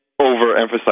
overemphasize